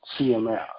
CMS